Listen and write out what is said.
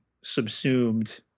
subsumed